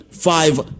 five